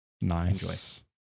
nice